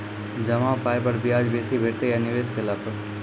जमा पाय पर ब्याज बेसी भेटतै या निवेश केला पर?